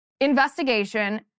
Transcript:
investigation